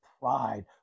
pride